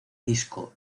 disco